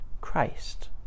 Christ